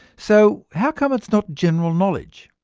so how come it's not general knowledge?